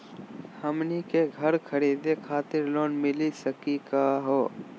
हमनी के घर खरीदै खातिर लोन मिली सकली का हो?